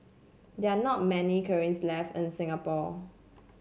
there are not many kilns left in Singapore